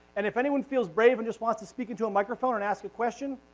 and if anyone feels brave and just wants to speak into a microphone and ask a question,